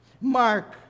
Mark